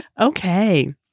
Okay